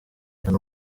n’uwo